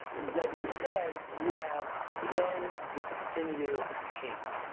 that instead, you have one definitive page,